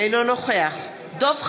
אינו נוכח דב חנין,